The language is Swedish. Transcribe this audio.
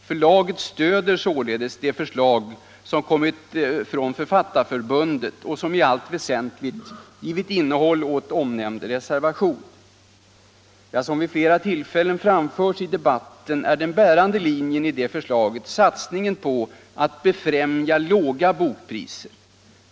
Förlaget stöder således det förslag som kommit från Författarförbundet och som i allt väsentligt givit innehåll åt omnämnd reservation. Som vid flera tillfällen framförts i debatten är den bärande linjen i detta förslag satsningen på att befrämja låga bokpriser.